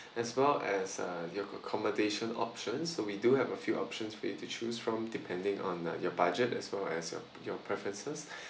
as well as uh your accommodation options so we do have a few options for you to choose from depending on your budget as well as your your preferences